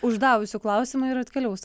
uždavusių klausimą ir atkeliaus